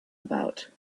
about